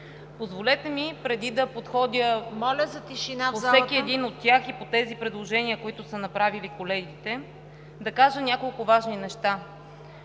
Позволете ми преди да подходя по всеки един от тях и по тези предложения, които са направили колегите, да кажа няколко важни неща.